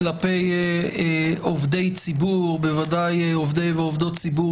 כלפי עובדי ציבור ובוודאי עובדי ועובדות ציבור